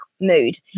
mood